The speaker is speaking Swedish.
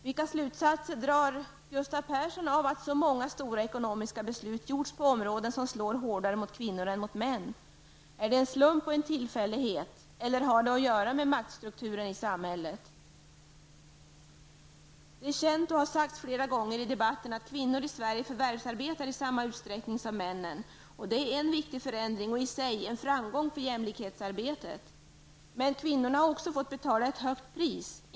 Vilka slutsatser drar Gustav Persson av att det har fattats så många stora ekonomiska beslut som slår hårdare mot kvinnor än mot män? Är det en slump och en tillfällighet? Eller har det att göra med maktstrukturen i samhället? Det är känt och det har sagts flera gånger i debatten att kvinnor i Sverige förvärvsarbetar i samma utsträckning som männen. Det är en viktig förändring och i sig en framgång för jämlikhetsarbetet. Men kvinnorna har också fått betala ett högt pris.